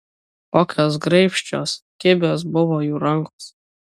kokios graibščios kibios buvo jų rankos